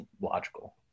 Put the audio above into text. logical